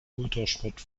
motorsport